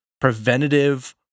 preventative